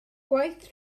gwaith